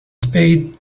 spade